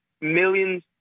millions